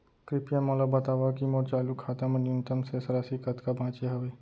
कृपया मोला बतावव की मोर चालू खाता मा न्यूनतम शेष राशि कतका बाचे हवे